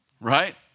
Right